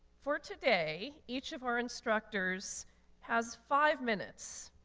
for today, each of our instructors has five minutes,